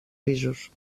pisos